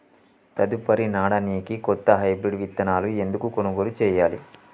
తదుపరి నాడనికి కొత్త హైబ్రిడ్ విత్తనాలను ఎందుకు కొనుగోలు చెయ్యాలి?